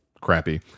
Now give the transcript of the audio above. crappy